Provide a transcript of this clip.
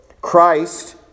Christ